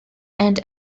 and